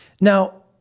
Now